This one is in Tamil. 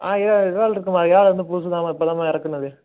ஆ இறால் இறாலிருக்கும்மா இறால் வந்து புதுசு தாம்மா இப்போ தாம்மா இறக்குனது